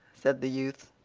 said the youth.